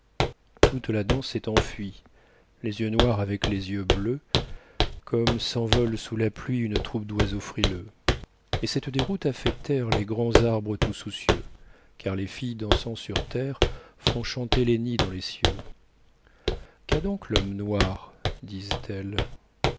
toute la danse s'est enfuie les yeux noirs avec les yeux bleus comme s'envole sous la pluie une troupe d'oiseaux frileux et cette déroute a fait taire les grands arbres tout soucieux car les filles dansant sur terre font chanter les nids dans les cieux qu'a donc l'homme noir disent-elles